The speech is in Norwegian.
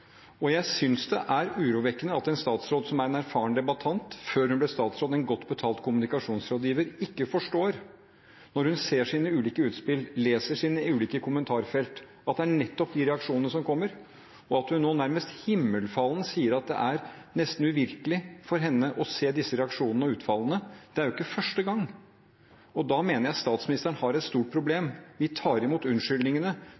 rettssikkerhet? Jeg synes det er urovekkende at en statsråd, som er en erfaren debattant, og før hun ble statsråd en godt betalt kommunikasjonsrådgiver, ikke forstår når hun ser sine ulike utspill, leser sine ulike kommentarfelt, at det er nettopp de reaksjonene som kommer, og at hun nå nærmest himmelfallen sier at det er nesten uvirkelig for henne å se disse reaksjonene og utfallene. Det er jo ikke første gang. Da mener jeg statsministeren har et stort